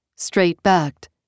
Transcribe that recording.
Straight-backed